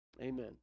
Amen